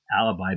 Alibi